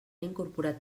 incorporat